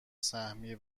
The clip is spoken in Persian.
سهمیه